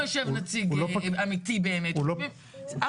אף פעם לא יושב נציג אמיתי, באמת.